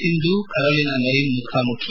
Sindhu Carolina Marin ಮುಖಾಮುಖಿ